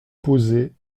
posée